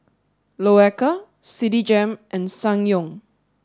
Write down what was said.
Loacker Citigem and Ssangyong